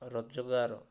ରୋଜଗାର